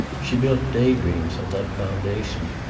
she built day dreams on that foundation.